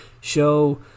show